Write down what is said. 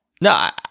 No